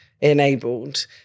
enabled